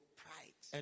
pride